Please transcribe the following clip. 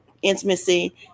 intimacy